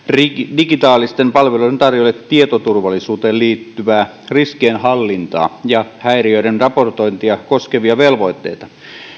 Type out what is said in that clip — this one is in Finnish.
digitaalisten palveluiden tarjoajille tietoturvallisuuteen liittyvää riskienhallintaa ja häiriöiden raportointia koskevia velvoitteita